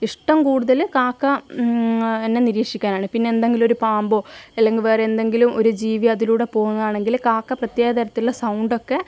ഇഷ്ടം കൂടുതല് കാക്ക നെ നിരീക്ഷിക്കാനാണ് പിന്നെ എന്തെങ്കിലും ഒരു പാമ്പോ അല്ലെങ്കിൽ വേറെ എന്തെങ്കിലും ഒരു ജീവി അതിലൂടെ പോവുകയാണെങ്കിൽ കാക്ക പ്രത്യേക തരത്തിലുള്ള സൗണ്ടൊക്കെ